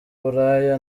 uburaya